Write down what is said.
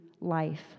life